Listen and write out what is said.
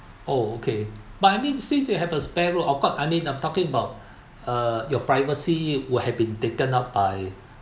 oh okay but I mean since you have a spare room of course I mean I'm talking about uh your privacy who had been taken up by